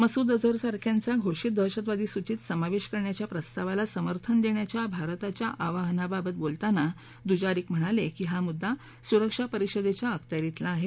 मसूद अझर सारख्यांचा घोषित दहशतवादी सूचित समावेश करण्याच्या प्रस्तावाला समर्थन देण्याच्या भारताच्या आवाहनाबाबत बोलताना दुजारिक म्हणाले की हा मुद्दा सुरक्षा परिषदेच्या अखत्यारितला आहे